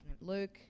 Luke